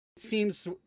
seems